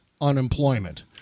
unemployment